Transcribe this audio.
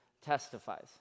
testifies